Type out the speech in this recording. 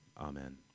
amen